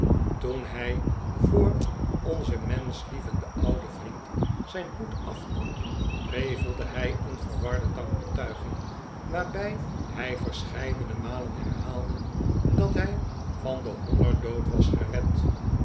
toen hij voor onzen menschlievenden ouden vriend zijn hoed afnam prevelde hij een verwarde dankbetuiging waarbij hij verscheidene malen herhaalde dat hij van den hongerdood was gered